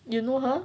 you know her